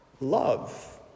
love